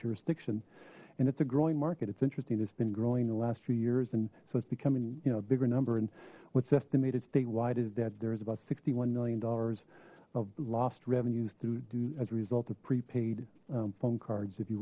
jurisdiction and it's a growing market it's interesting that's been growing in the last few years and so it's becoming you know a bigger number and what's estimated statewide is that there's about sixty one million dollars of lost revenues to do as a result of prepaid phone cards if you